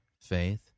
faith